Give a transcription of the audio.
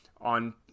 on